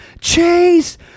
Chase